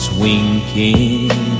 winking